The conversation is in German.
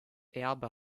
erbe